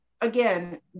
again